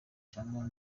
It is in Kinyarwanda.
cyangwa